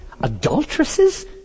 Adulteresses